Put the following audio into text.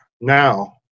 now